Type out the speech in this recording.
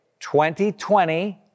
2020